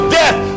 death